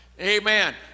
Amen